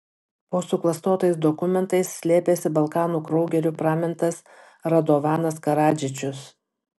po suklastotais dokumentais slėpėsi balkanų kraugeriu pramintas radovanas karadžičius